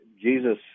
Jesus